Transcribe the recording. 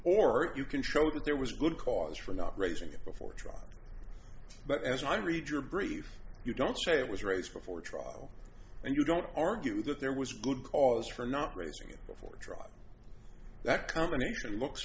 or you can show that there was good cause for not raising the before trial but as i read your brief you don't say it was raised before trial and you don't argue that there was good cause for not racing before a trial that combination looks